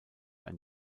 ein